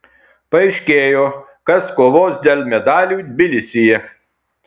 paaiškėjo kas kovos dėl medalių tbilisyje